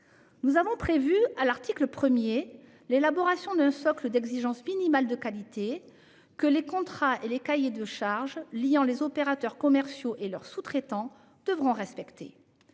Nous avons prévu, à l'article 1, l'élaboration d'un socle d'exigences minimales de qualité, que les contrats et les cahiers des charges liant les opérateurs commerciaux et leurs sous-traitants devront respecter.